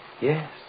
Yes